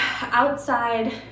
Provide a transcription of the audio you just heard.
outside